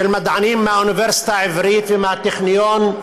של מדענים מהאוניברסיטה העברית ומהטכניון,